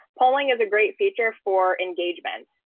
polling is a great feature for engagements.